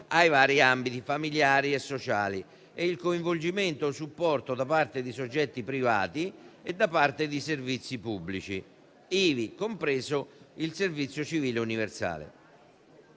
ai vari ambiti familiari e sociali, e il coinvolgimento e il supporto da parte di soggetti privati e da parte di servizi pubblici, ivi compreso il servizio civile universale.